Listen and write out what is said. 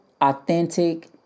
authentic